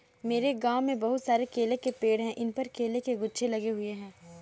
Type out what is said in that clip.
मेरे गांव में बहुत सारे केले के पेड़ हैं इन पर केले के गुच्छे लगे हुए हैं